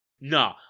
no